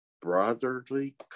brotherly